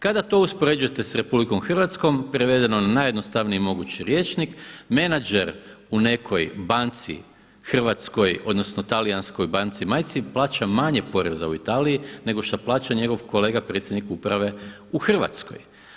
Kada to uspoređujete s RH prevedeno na najjednostavniji mogući rječnik menadžer u nekoj banci hrvatskoj odnosno talijanskoj banci majci plaća manje poreza u Italiji nego što plaća njegov kolega predsjednik uprave u Hrvatskoj.